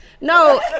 No